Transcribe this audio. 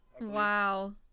wow